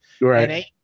right